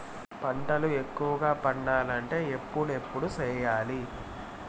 పంటల ఎక్కువగా పండాలంటే ఎప్పుడెప్పుడు సేయాలి?